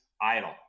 idle